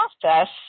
process